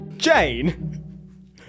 Jane